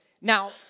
Now